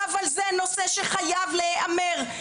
אבל זה נושא שחייב להיאמר,